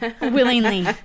Willingly